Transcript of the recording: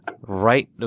Right